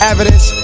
Evidence